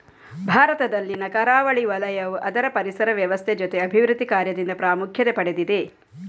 ಭಾರತದಲ್ಲಿನ ಕರಾವಳಿ ವಲಯವು ಅದರ ಪರಿಸರ ವ್ಯವಸ್ಥೆ ಜೊತೆ ಅಭಿವೃದ್ಧಿ ಕಾರ್ಯದಿಂದ ಪ್ರಾಮುಖ್ಯತೆ ಪಡೆದಿದೆ